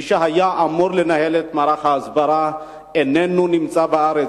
מי שהיה אמור לנהל את מערך ההסברה איננו נמצא בארץ,